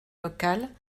local